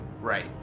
right